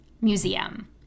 museum